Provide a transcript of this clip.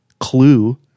clue